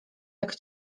jak